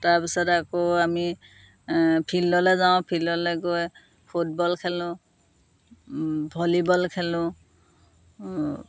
তাৰপিছত আকৌ আমি ফিল্ডলৈ যাওঁ ফিল্ডলৈ গৈ ফুটবল খেলোঁ ভলীবল খেলোঁ